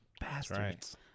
Bastards